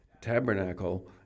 tabernacle